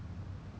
yeah